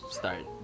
start